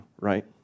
right